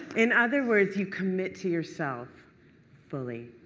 in other words, you commit to yourself fully.